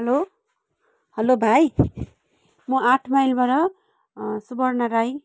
hello hello भाइ म आठ माइलबाट सुवर्णा राई